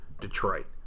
Detroit